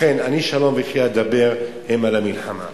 לכן, "אני שלום וכי אדבר המה למלחמה".